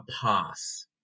pass